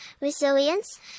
resilience